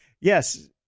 Yes